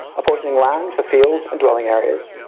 apportioning land for fields and dwelling areas,